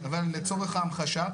אבל לצורך ההמחשה,